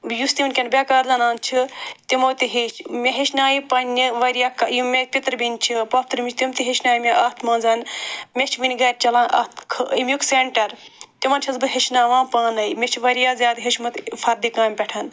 یُس تہِ وٕنۍکٮ۪ن بیٚکار زنان چھِ تِمو تہِ ہیٚچھ مےٚ ہیٚچھنایہِ پنٛنہِ واریاہ کَہ یِم مےٚ پِتر بیٚنہِ چھِ پوٚپھتٕرمہِ تِم تہِ ہیٚچھنایہِ مےٚ اتھ مَنز مےٚ چھِ وٕنہِ گَرِ چَلان اَتھ خٲ اَمیُک سیٚنٹر تِمَن چھَس بہٕ ہیٚچھناوان پانَے مےٚ چھُ واریاہ زیادٕ ہیوٚچھمُت فردِ کامہِ پٮ۪ٹھ